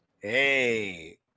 Hey